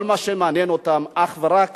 כל מה שמעניין אותם, אך ורק